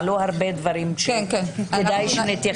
עלו הרבה דברים שכדאי שנתייחס אליהם.